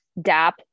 DAP